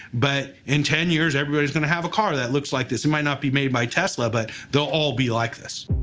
but in ten years, everybody's going to have a car that looks like this. it might not be made my tesla, but they'll all be like this.